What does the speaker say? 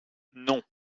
non